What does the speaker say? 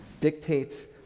dictates